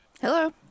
Hello